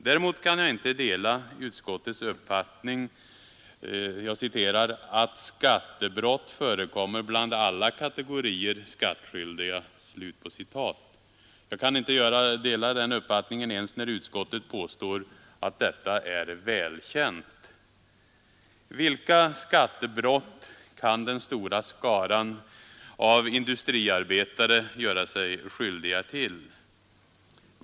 Däremot kan jag inte dela utskottets uppfattning ”att skattebrott förekommer bland alla kategorier skattskyldiga”, inte ens när utskottet påstår att detta är välkänt. Vilka skattebrott kan den stora skaran av industriarbetare göra sig skyldig till?